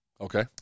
Okay